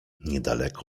niedaleko